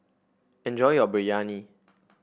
enjoy your Biryani